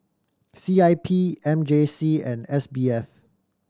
C I P M J C and S B F